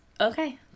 okay